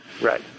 Right